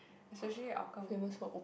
especially hougang